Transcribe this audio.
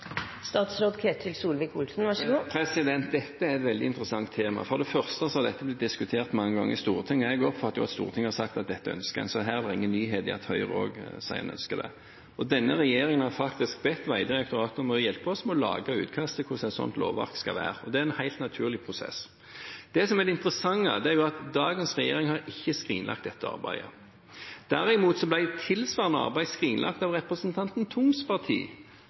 Dette er et veldig interessant tema. For det første har dette blitt diskutert mange ganger i Stortinget, og jeg oppfatter at Stortinget har sagt at dette ønsker en, så her er det ingen nyhet i at Høyre også sier at en ønsker det. Denne regjeringen har faktisk bedt Vegdirektoratet om å hjelpe oss med å lage utkast til hvordan et sånt lovverk skal være, og det er en helt naturlig prosess. Det som er det interessante, er at dagens regjering ikke har skrinlagt dette arbeidet. Derimot ble tilsvarende arbeid skrinlagt av representanten